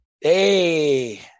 Hey